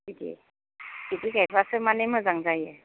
बिदि बिदि गायबासो माने मोजां जायो